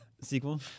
sequel